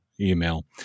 email